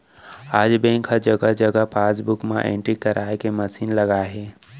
आज बेंक ह जघा जघा पासबूक म एंटरी कराए के मसीन लगाए हे